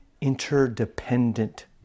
interdependent